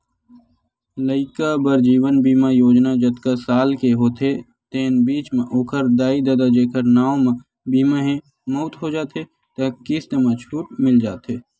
लइका बर जीवन बीमा योजना जतका साल के होथे तेन बीच म ओखर दाई ददा जेखर नांव म बीमा हे, मउत हो जाथे त किस्त म छूट मिल जाथे